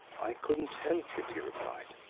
i couldn't help it, he replied.